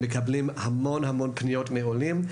מקבלים המון פניות מעולים.